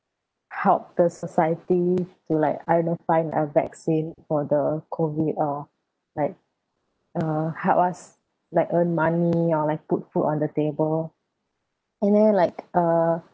help the society to like I don't know find a vaccine for the COVID or like uh help us like earn money or like put food on the table and then like uh